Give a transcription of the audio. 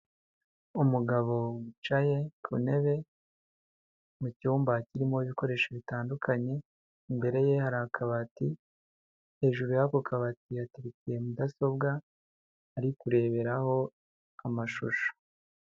Umugabo wicaye ku ntebe, mu cyumba kirimo ibikoresho bitandukanye, imbere ye hari akabati, hejuru y'ako kabati yahateretse mudasobwa, ari kureberaho amashusho.